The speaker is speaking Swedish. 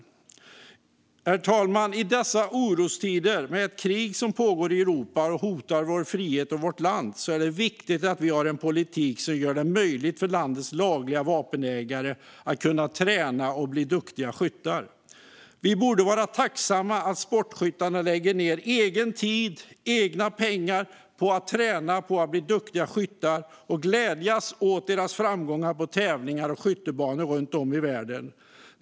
Herr talman! I dessa orostider, med ett krig som pågår i Europa och hotar vår frihet och vårt land, är det viktigt att vi har en politik som gör det möjligt för landets lagliga vapenägare att träna och bli duktiga skyttar. Vi borde vara tacksamma för att sportskyttarna lägger ned egen tid och egna pengar på att träna på att bli duktiga skyttar och glädjas åt deras framgångar på tävlingar och skyttebanor runt om i världen.